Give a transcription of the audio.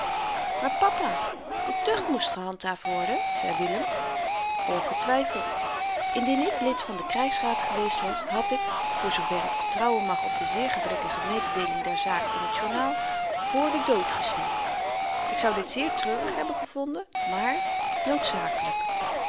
maar papa de tucht moest gehandhaafd worden zei willem ongetwyfeld indien ik lid van den krygsraad geweest was had ik voor zoover ik vertrouwen mag op de zeer gebrekkige mededeeling der zaak in t journaal voor den dood gestemd ik zou dit zeer treurig hebben gevonden maar noodzakelyk